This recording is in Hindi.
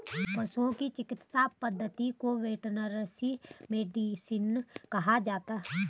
पशुओं की चिकित्सा पद्धति को वेटरनरी मेडिसिन कहा जाता है